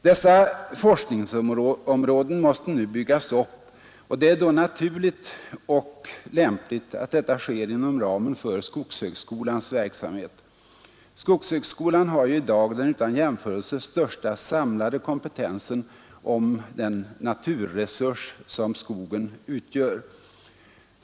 Dessa forskningsområden måste nu byggas upp, och det är då naturligt och lämpligt att detta sker inom ramen för skogshögskolans verksamhet. Skogshögskolan har i dag den utan jämförelse största samlade kompetensen om den naturresurs som skogen utgör.